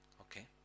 Okay